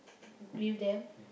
with them